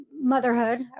motherhood